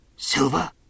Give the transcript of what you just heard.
Silver